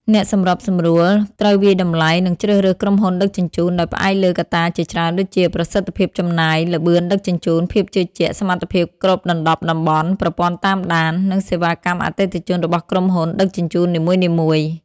អ្នកសម្របសម្រួលត្រូវវាយតម្លៃ និងជ្រើសរើសក្រុមហ៊ុនដឹកជញ្ជូន ដោយផ្អែកលើកត្តាជាច្រើនដូចជា ប្រសិទ្ធភាពចំណាយ ល្បឿនដឹកជញ្ជូន ភាពជឿជាក់ សមត្ថភាពគ្របដណ្តប់តំបន់ ប្រព័ន្ធតាមដាន និងសេវាកម្មអតិថិជនរបស់ក្រុមហ៊ុនដឹកជញ្ជូននីមួយៗ។